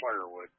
firewood